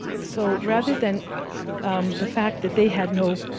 so rather than the fact that they had no